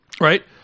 Right